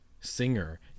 singer